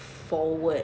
forward